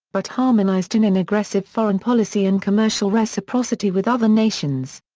but harmonized in an aggressive foreign policy and commercial reciprocity with other nations.